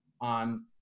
on